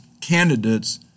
candidates